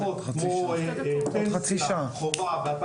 פנסיית חובה ב-2008 לכלל המשק,